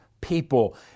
people